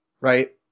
right